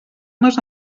nos